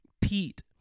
Pete